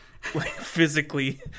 physically